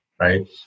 right